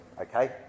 okay